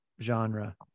genre